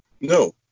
No